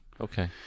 Okay